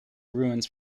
ruins